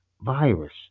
virus